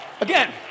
Again